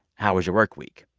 how was your work week?